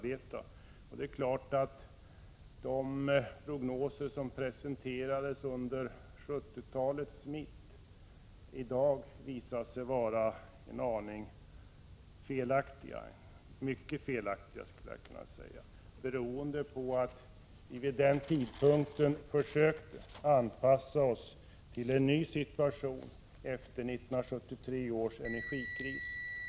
Det är också klart att de prognoser som presenterades under mitten av 70-talet i dag visar sig vara mycket felaktiga, eftersom vi vid den nämnda tidpunkten försökte anpassa oss till en ny situation efter 1973 års energikris.